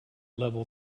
level